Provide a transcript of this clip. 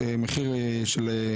התשנ"ו-1996,